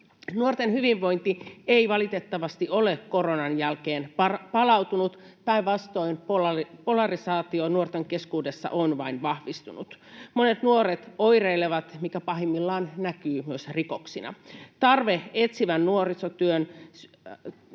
Nuorten hyvinvointi ei valitettavasti ole koronan jälkeen palautunut, päinvastoin polarisaatio nuorten keskuudessa on vain vahvistunut. Monet nuoret oireilevat, mikä pahimmillaan näkyy myös rikoksina. Tarve etsivälle nuorisotyölle